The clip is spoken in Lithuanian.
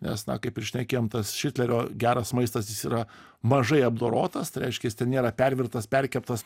nes na kaip ir šnekėjom tas šitlerio geras maistas jis yra mažai apdorotas tai reiškia jis ten nėra pervirtas perkeptas